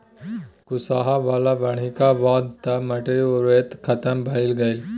कुसहा बला बाढ़िक बाद तँ माटिक उर्वरते खतम भए गेलै